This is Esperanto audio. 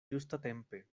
ĝustatempe